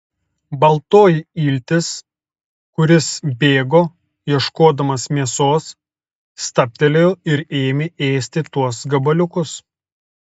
baltoji iltis kuris bėgo ieškodamas mėsos stabtelėjo ir ėmė ėsti tuos gabaliukus